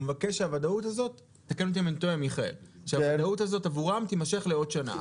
הוא מבקש שהוודאות הזאת עבורם תימשך לעוד שנה.